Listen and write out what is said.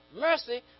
mercy